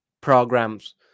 programs